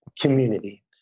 community